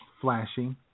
flashing